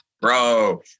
Bro